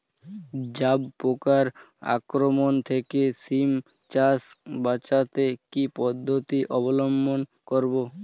জাব পোকার আক্রমণ থেকে সিম চাষ বাচাতে কি পদ্ধতি অবলম্বন করব?